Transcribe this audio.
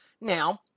Now